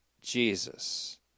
Jesus